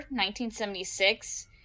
1976